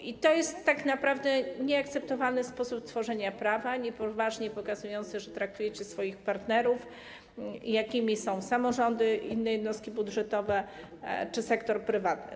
I to jest tak naprawdę nieakceptowalny sposób tworzenia prawa, jednoznacznie pokazujący, jak traktujecie swoich partnerów, jakimi są samorządy, inne jednostki budżetowe czy sektor prywatny.